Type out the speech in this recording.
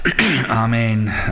Amen